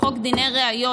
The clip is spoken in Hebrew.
חוק דיני ראיות,